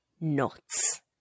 nuts